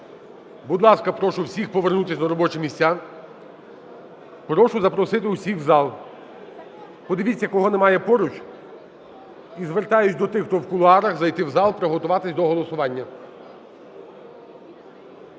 будь ласка, прошу всіх повернутися на робочі місця, прошу запросити усіх в зал, подивіться кого немає поруч, і звертаюсь до тих, хто в кулуарах, зайти в зал, приготуватися до голосування.